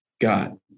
God